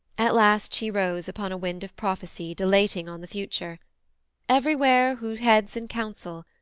at last she rose upon a wind of prophecy dilating on the future everywhere who heads in council,